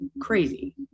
crazy